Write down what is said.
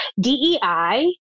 DEI